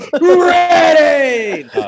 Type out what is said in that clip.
ready